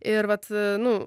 ir vat nu